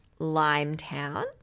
Limetown